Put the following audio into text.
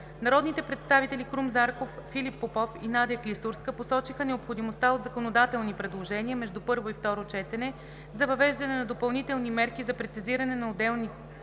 Народните представители Крум Зарков, Филип Попов и Надя Клисурска посочиха необходимостта от законодателни предложения между първо и второ четене за въвеждане на допълнителни мерки за прецизиране на отделни